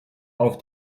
auf